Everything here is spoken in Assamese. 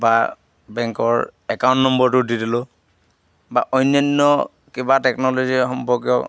বা বেংকৰ একাউণ্ট নম্বৰটো দি দিলোঁ বা অন্যান্য কিবা টেকন'লজি সম্পৰ্কীয়